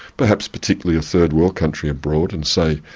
perhaps particularly a third world country abroad, and say,